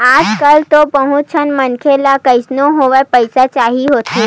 आजकल तो बहुत झन मनखे ल कइसनो होवय पइसा चाही होथे